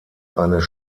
eines